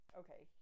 okay